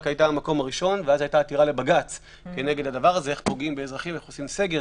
הייתה המקום הראשון ואז הוגשה עתירה לבג"ץ על הפגיעה באזרחים ועל הסגר.